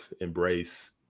embrace